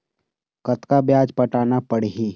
कतका ब्याज पटाना पड़ही?